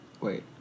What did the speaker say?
wait